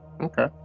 Okay